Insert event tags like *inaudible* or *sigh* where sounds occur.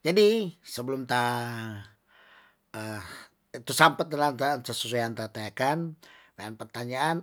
Jadi sebelum ta *hesitation* tu sapet *unintelligible* tu susean tatekan, nean pertanyaan